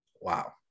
wow